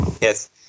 Yes